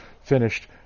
finished